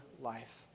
life